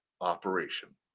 operation